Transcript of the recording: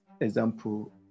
example